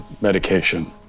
medication